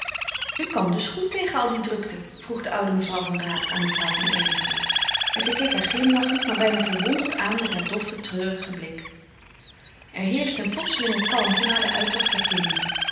u kan dus goed tegen al die drukte vroeg de oude mevrouw van raat aan mevrouw van erlevoort en zij keek haar glimlachend maar bijna verwonderd aan met haar doffen treurigen blik er heerschte een plotselinge kalmte na den uittocht der kinderen